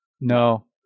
no